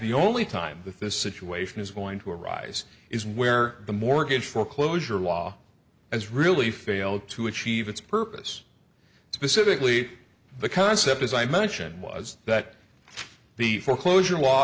the only time that this situation is going to arise is where the mortgage foreclosure law has really failed to achieve its purpose specifically the concept as i mentioned was that the foreclosure law